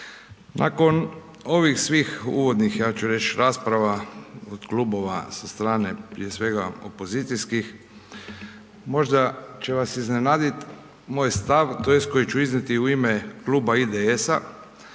Nakon ovih svih uvodnih, ja ću reći rasprava od klubova sa strane prije svega opozicijskih, možda će vas iznenaditi moj stav, tj. koji ću iznijeti u ime kluba IDS-a